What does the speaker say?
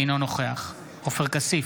אינו נוכח עופר כסיף,